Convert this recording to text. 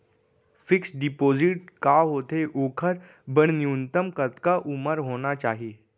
Fix deposit का होथे ओखर बर न्यूनतम कतका उमर होना चाहि?